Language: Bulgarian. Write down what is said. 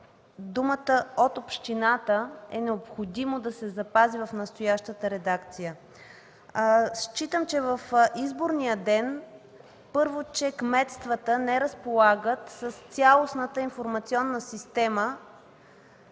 думата „от общината” е необходимо да се запази в настоящата редакция. В изборния ден, първо, кметствата не разполагат с цялостната информационна система